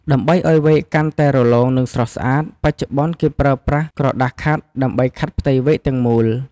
ដើម្បីឱ្យវែកកាន់តែរលោង និងស្រស់ស្អាត បច្ចុប្បន្នគេប្រើប្រាសើក្រដាសខាត់ដើម្បីខាត់ផ្ទៃវែកទាំងមូល។